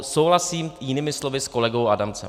Souhlasím jinými slovy s kolegou Adamcem.